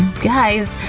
guys?